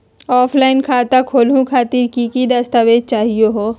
Offline खाता खोलहु खातिर की की दस्तावेज चाहीयो हो?